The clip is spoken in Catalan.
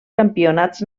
campionats